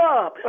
up